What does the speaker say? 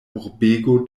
urbego